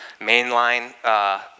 mainline